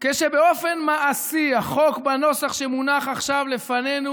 כשבאופן מעשי החוק בנוסח שמונח עכשיו לפנינו